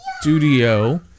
studio